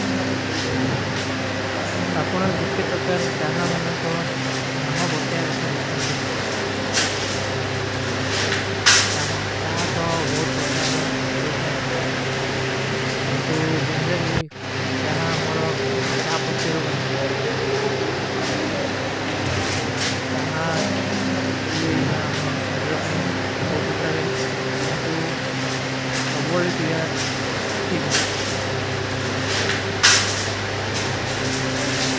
ଅପନୋ ଜିତ୍ତେ ପ୍ରକର ଚହା ମେଂନଂକୋ ନାମା ବଥ୍ତେଯା ଗଥା ବଧ୍ତାନତୁ। ଚହା ଚହା ତୋ ବହୁତ ପ୍ରକର ଖୋଈତ ହୈ। ଇଂଟୂ ଜେନରଲୀ ଚହା ମୋର ଚହା ପତେରୋ ବନେ। ଚହା ପୀଵା ମେଂ ସ୍ଵରୀର ପ୍ରାଈମ ବହୁତ ହିତ୍ତ ଗରେ। ଇନ୍ତୂ ସବଵର୍ଲୀ ପିଯାଦ ଠୀକ ନୁଈ।